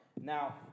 Now